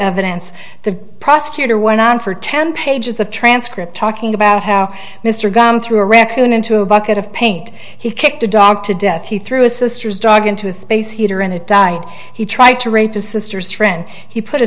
evidence the prosecutor went on for ten pages the transcript talking about how mr gum threw a raccoon into a bucket of paint he kicked a dog to death he threw his sister's dog into a space heater and it died he tried to rape his sister's friend he put a